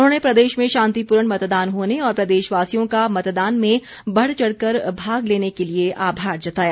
उन्होंने प्रदेश में शांतिपूर्ण मतदान होने और प्रदेशवासियों का मतदान में बढ़चढ़ कर भाग लेने के लिए आभार जताया